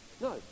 no